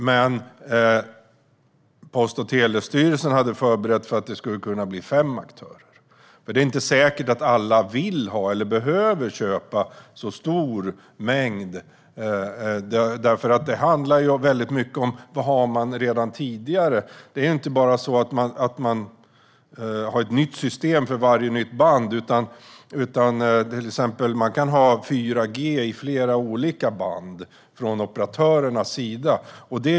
Men Post och telestyrelsen hade förberett för att det skulle kunna bli fem aktörer, för det är inte säkert att alla vill ha eller behöver köpa en så stor mängd. Det handlar ju väldigt mycket om vad man har redan tidigare. Det är inte så att det är ett nytt system för varje nytt band, utan operatörerna kan till exempel ha 4G i flera olika band.